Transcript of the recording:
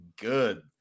good